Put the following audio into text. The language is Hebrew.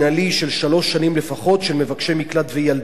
שלוש שנים לפחות של מבקשי מקלט וילדיהם,